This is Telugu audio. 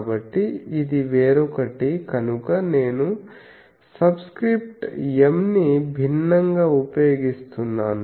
కాబట్టి ఇది వేరొకటి కనుక నేను సబ్స్క్రిప్ట్ m ని భిన్నంగా ఉపయోగిస్తున్నాను